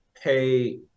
pay